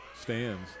Stands